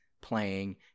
playing